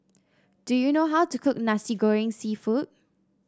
do you know how to cook Nasi Goreng seafood